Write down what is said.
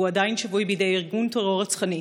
והוא עדיין שבוי בידי ארגון טרור רצחני.